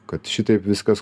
kad šitaip viskas